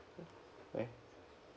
right